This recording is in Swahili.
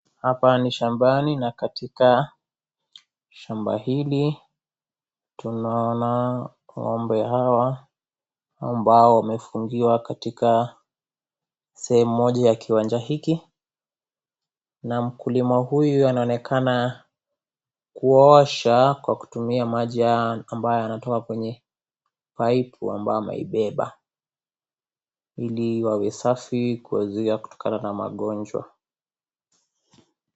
Hapa ni shambani na katika shamba hili, tunaona ng'ombe hawa ambao wamefungiwa katika sehemu moja ya kiwanja hiki , na mkulima huyu anaonekana kuosha kwa kutumia maji haya yanatoka kwenye paipu ambayo ameibeba , ili wawe safi kuwazuia kutokana na magonjwa.